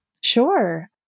Sure